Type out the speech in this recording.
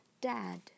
Dad